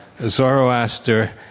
Zoroaster